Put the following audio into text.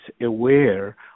aware